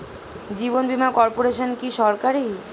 জীবন বীমা কর্পোরেশন কি সরকারি?